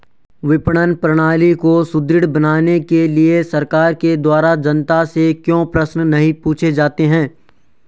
विपणन प्रणाली को सुदृढ़ बनाने के लिए सरकार के द्वारा जनता से क्यों प्रश्न नहीं पूछे जाते हैं?